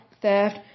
theft